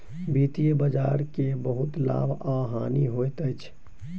वित्तीय बजार के बहुत लाभ आ हानि होइत अछि